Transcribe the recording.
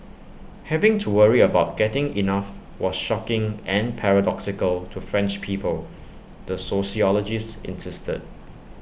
having to worry about getting enough was shocking and paradoxical to French people the sociologist insisted